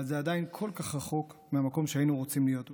אבל זה עדיין כל כך רחוק מהמקום שהיינו רוצים להיות בו.